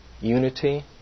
unity